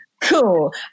Cool